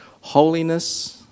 Holiness